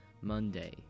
Monday